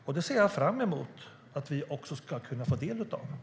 Jag ser fram emot att vi ska kunna få del av detta.